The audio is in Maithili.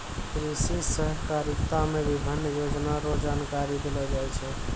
कृषि सहकारिता मे विभिन्न योजना रो जानकारी देलो जाय छै